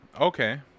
Okay